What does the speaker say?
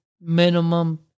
minimum